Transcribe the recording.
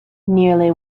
nearly